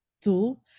tool